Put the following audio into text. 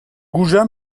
goujats